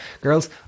girls